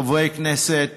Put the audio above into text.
חברי כנסת,